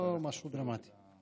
משהו דרמטי.